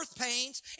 pains